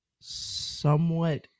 somewhat